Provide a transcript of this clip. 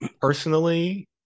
personally